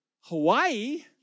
Hawaii